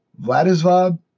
Vladislav